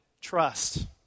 trust